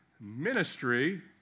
Ministry